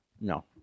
No